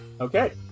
Okay